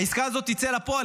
העסקה הזאת תצא לפועל,